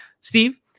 Steve